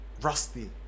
rusty